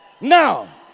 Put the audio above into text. Now